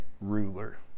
ruler